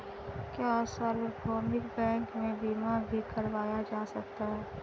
क्या सार्वभौमिक बैंक में बीमा भी करवाया जा सकता है?